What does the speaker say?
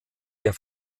der